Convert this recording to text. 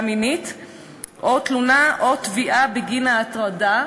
מינית או תלונה או תביעה בגין ההטרדה,